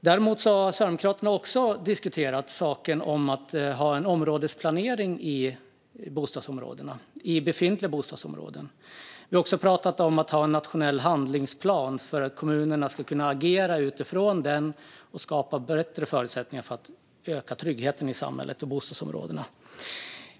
Sverigedemokraterna har också diskuterat frågan om områdesplanering i befintliga bostadsområden och om att ha en nationell handlingsplan som kommunerna ska kunna agera utifrån för att skapa bättre förutsättningar för en ökad trygghet i samhället och i bostadsområden.